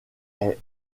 est